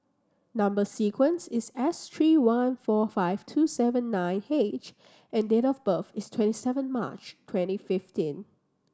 number sequence is S three one four five two seven nine H and date of birth is twenty seven March twenty fifteen